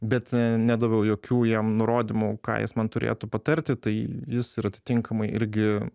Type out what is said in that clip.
bet nedaviau jokių jam nurodymų ką jis man turėtų patarti tai jis ir atitinkamai irgi